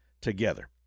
together